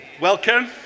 Welcome